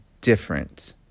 different